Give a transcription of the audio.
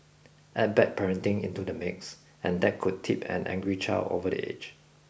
add bad parenting into the mix and that could tip an angry child over the edge